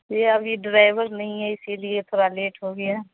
جی ابھی ڈرائیور نہیں ہے اسی لیے تھوڑا لیٹ ہو گیا